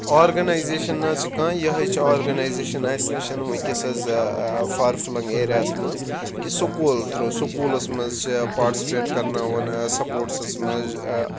organisation نہٕ حظ چھِ کانٛہہ یہِ ہَے چھِ آرگنایزیشَن اَسہِ نِش وٕنکٮ۪س حظ فار فٕلنٛگ ایریا ہَس منٛز کہ سکوٗل تھرٛوٗ سکوٗلَس منٛز چھِ پاٹسِپیٹ کَرناوان حظ سپوٹسَس منٛز